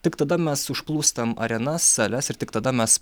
tik tada mes užplūstam arenas sales ir tik tada mes